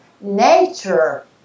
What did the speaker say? nature